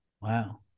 Wow